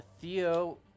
Theo